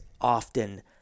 often